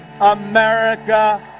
America